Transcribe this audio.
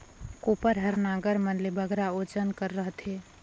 कोपर हर नांगर मन ले बगरा ओजन कर रहथे